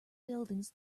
buildings